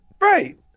Right